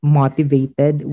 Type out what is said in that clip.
motivated